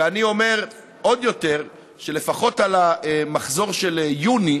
ואני אומר עוד יותר, שלפחות על המחזור של יוני,